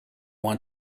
want